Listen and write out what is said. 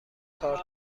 کارت